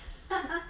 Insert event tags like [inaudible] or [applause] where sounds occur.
[laughs]